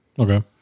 Okay